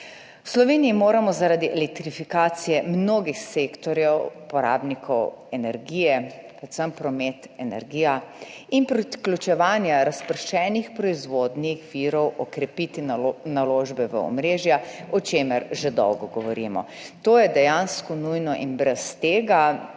V Sloveniji moramo zaradi elektrifikacije mnogih sektorjev, porabnikov energije, predvsem promet, energija, in priključevanja razpršenih proizvodnih virov okrepiti naložbe v omrežja, o čemer že dolgo govorimo. To je dejansko nujno in brez tega